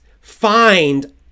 find